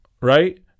right